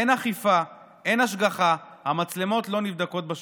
אין אכיפה, אין השגחה, המצלמות לא נבדקות בשוטף.